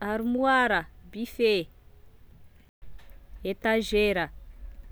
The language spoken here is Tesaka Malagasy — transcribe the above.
armoara, buffet, etagera